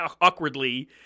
awkwardly